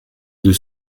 deux